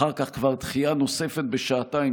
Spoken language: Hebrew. אחר כך כבר דחייה נוספת בשעתיים,